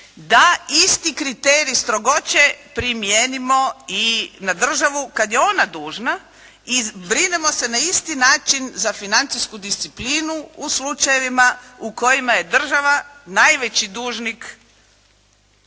da isti kriterij strogoće primijenimo i na državu kad je ona dužna i brinemo se na isti način za financijsku disciplinu u slučajevima u kojima je država najveći dužnik